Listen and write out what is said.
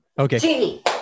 Okay